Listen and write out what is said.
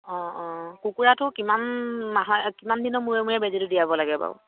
অঁ অঁ কুকুৰাটো কিমান মাহে কিমান দিনৰ মূৰে মূৰে বেজীটো দিয়াব লাগে বাৰু